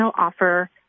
offer